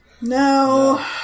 No